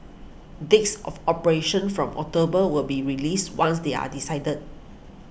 dates of operation from October will be released once they are decided